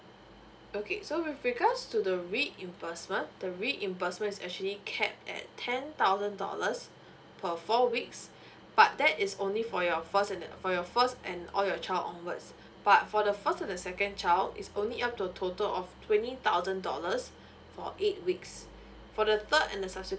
okay so with regards to the reimbursement the reimbursement is actually cap at ten thousand dollars per four weeks but that is only for your first and for your first and all your child onwards but for the first and the second child is only up to total of twenty thousand dollars for eight weeks for the third and the subsequent